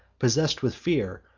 possess'd with fear,